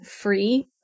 free